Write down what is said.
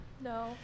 No